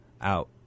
out